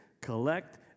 collect